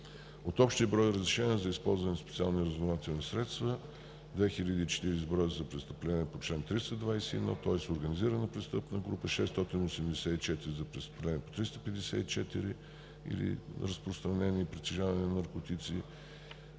От общия брой разрешения за използване на специални разузнавателни средства 2040 броя са за престъпления по чл. 321 – организирана престъпна група, 684 са за престъпления по чл. 354 – разпространение и притежаване на наркотици,